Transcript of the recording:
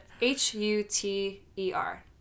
H-U-T-E-R